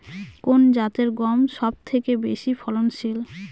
কোন জাতের গম সবথেকে বেশি ফলনশীল?